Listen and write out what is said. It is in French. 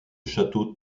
chapeau